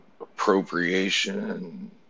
appropriation